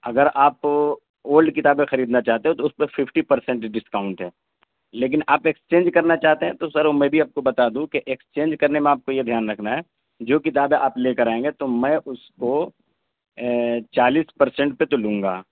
اگر آپ اولڈ کتابیں خریدنا چاہتے ہو تو اس پہ ففٹی پرسینٹ ڈسکاؤنٹ ہے لیکن آپ ایکسچینج کرنا چاہتے ہیں تو سر میں بھی آپ کو بتا دوں کہ ایسکچینج کرنے میں آپ کو یہ دھیان رکھنا ہے جو کتابیں آپ لے کر آئیں گے تو میں اس کو چالیس پرسینٹ پہ تو لوں گا